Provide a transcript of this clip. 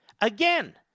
Again